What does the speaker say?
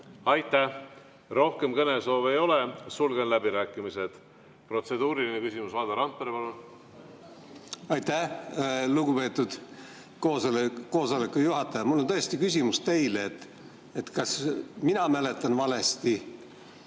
Aitäh! Rohkem kõnesoove ei ole, sulgen läbirääkimised. Protseduuriline küsimus, Valdo Randpere, palun! Aitäh, lugupeetud koosoleku juhataja! Mul on tõesti küsimus teile. Kas mina mäletan valesti